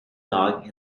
dog